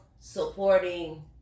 supporting